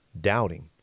doubting